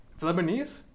Lebanese